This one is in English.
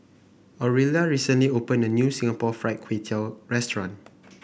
Orilla recently opened a new Singapore Fried Kway Tiao Restaurant